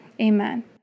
Amen